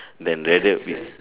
than rather we